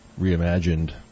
reimagined